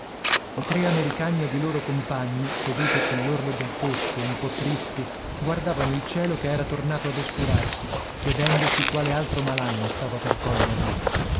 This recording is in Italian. i tre americani ed i loro compagni seduti sull'orlo del pozzo un po tristi guardavano il cielo che era tornato ad oscurarsi chiedendosi quale altro malanno stava per coglierli